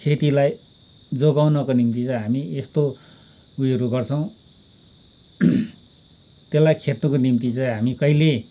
खेतीलाई जोगाउनको निम्ति चाहिँ हामी यस्तो उयोहरू गर्छौँ त्यसलाई खेद्नको निम्ति चाहिँ हामी कहिले